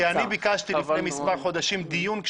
אני ביקשתי לפני מספר חודשים דיון עת